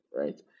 right